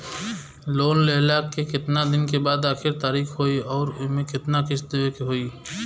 Loan लेहला के कितना दिन के बाद आखिर तारीख होई अउर एमे कितना किस्त देवे के होई?